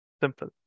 Simple